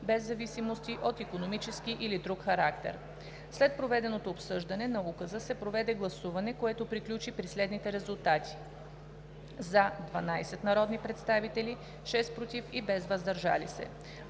без зависимости от икономически или друг характер. След проведеното обсъждане на Указа се проведе гласуване, което приключи при следните резултати: 12 гласа „за“, 6 гласа „против“ и без „въздържал се“.